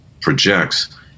projects